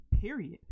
period